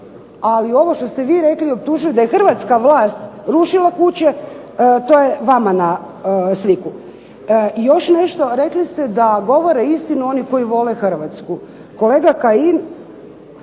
ali ovo što ste vi rekli optužit da je hrvatska vlast rušila kuće, to je vama na sliku. Još nešto, rekli ste da govore istinu oni koji vole Hrvatsku. Kolega Kajin,